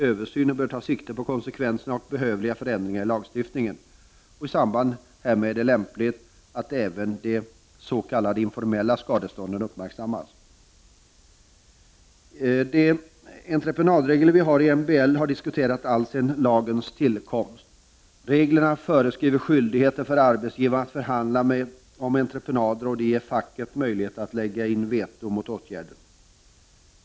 Översynen bör ta sikte på konsekvenserna och behövliga förändringar i lagstiftningen. I samband härmed är det lämpligt att även de s.k. informella skadestånden uppmärksammas. De entreprenadregler vi har i MBL har diskuterats alltsedan lagens tillkomst. Reglerna föreskriver skyldighet för arbetsgivaren att förhandla om entreprenader och att ge facket möjlighet att lägga in veto mot åtgärden.